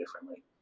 differently